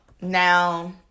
now